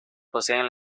poseen